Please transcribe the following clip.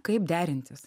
kaip derintis